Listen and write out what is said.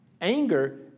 Anger